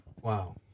wow